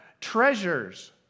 treasures